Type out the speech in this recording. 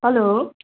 hello